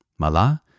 Malah